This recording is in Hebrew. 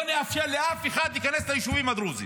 לא נאפשר לאף אחד להיכנס ליישובים הדרוזיים.